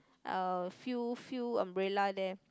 uh few few umbrella there